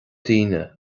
daoine